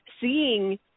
seeing